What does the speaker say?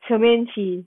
shermaine she